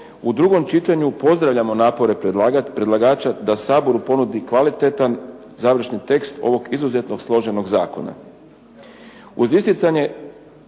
u drugom čitanju pozdravljamo napore predlagača da Saboru ponudi kvalitetan završni tekst ovog izuzetno složenog Zakona.